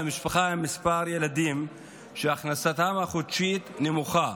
משפחות עם כמה ילדים שהכנסתן החודשית נמוכה